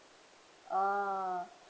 ah